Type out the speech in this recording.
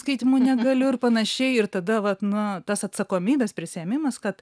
skaitymui negaliu ir panašiai ir tada vat na tas atsakomybės prisiėmimas tad